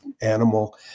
animal